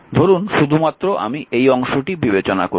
ধরুন শুধুমাত্র আমি এই অংশটি বিবেচনা করছি